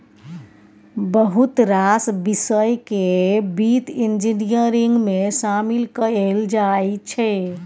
बहुत रास बिषय केँ बित्त इंजीनियरिंग मे शामिल कएल जाइ छै